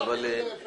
אבל